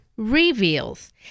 reveals